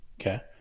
Okay